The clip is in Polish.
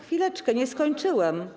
Chwileczkę, nie skończyłam.